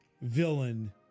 villain